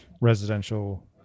residential